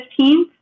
15th